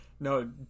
No